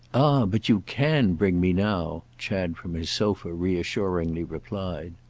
ah but you can bring me now, chad, from his sofa, reassuringly replied.